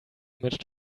image